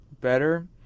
better